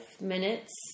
minutes